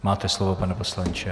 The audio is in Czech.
Máte slovo, pane poslanče.